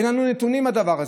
אין לנו נתונים על הדבר הזה.